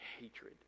hatred